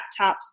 laptops